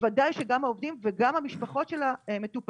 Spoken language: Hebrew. ודאי שגם העובדים וגם המשפחות של המטופלים,